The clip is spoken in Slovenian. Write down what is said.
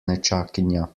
nečakinja